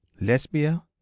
Lesbia